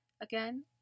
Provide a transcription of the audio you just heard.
Again